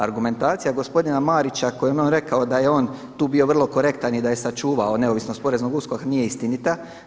Argumentacija gospodina Marića koju je on rekao da je on tu bio vrlo korektan i da je sačuvao neovisnost Poreznog USKOK-a nije istinita.